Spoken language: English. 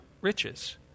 riches